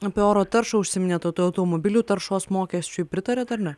apie oro taršą užsiminėt o tai automobilių taršos mokesčiui pritariat ar ne